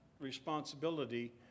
responsibility